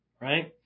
right